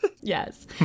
Yes